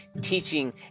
teaching